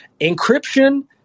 Encryption